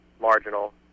marginal